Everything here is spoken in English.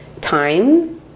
time